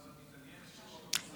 אם את מתעניינת בחוק המוסרי הזה,